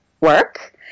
work